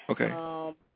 Okay